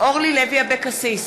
אורלי לוי אבקסיס,